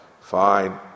Fine